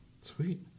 sweet